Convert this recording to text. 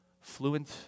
fluent